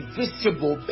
visible